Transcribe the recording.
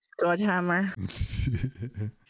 Godhammer